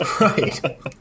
Right